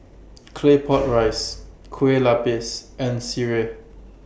Claypot Rice Kueh Lupis and Sireh